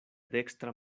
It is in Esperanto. dekstra